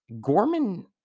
Gorman